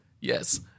Yes